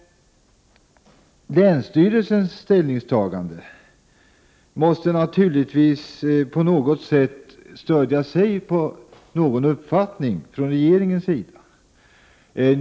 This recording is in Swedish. Länsstyrelsens ställningstagande måste naturligtvis på något sätt stödja sig på en uppfattning från regeringens sida.